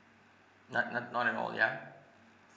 not not not at all ya